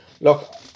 look